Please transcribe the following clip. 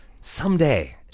someday